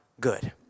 good